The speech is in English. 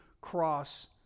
cross